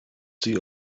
sie